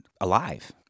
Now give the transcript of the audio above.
alive